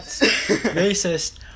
Racist